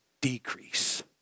decrease